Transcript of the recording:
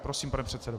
Prosím, pane předsedo.